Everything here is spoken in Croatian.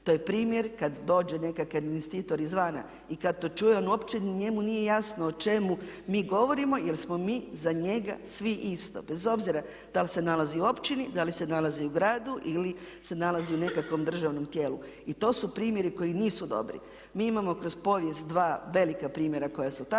To je primjer kad dođe nekakav investitor izvana i kad to čuje njemu nije jasno o čemu mi govorimo jer smo mi za njega svi isto bez obzira da li se nalazi u općini, da li se nalazi u gradu ili se nalazi u nekakvom državnom tijelu. I to su primjeri koji nisu dobri. Mi imamo kroz povijest dva velika primjera koja su takva.